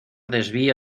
desvío